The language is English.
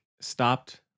stopped